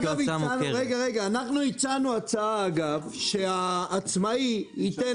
הצענו שהעצמאי ייתן